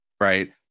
right